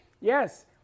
Yes